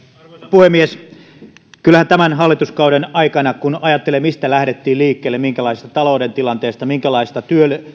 puhemies kyllähän tämän hallituskauden aikana kun ajattelee mistä lähdettiin liikkeelle minkälaisesta talouden tilanteesta minkälaisesta